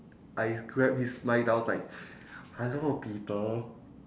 I grab his mic then I was like hello people